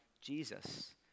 Jesus